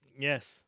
Yes